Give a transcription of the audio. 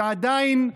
ועדיין,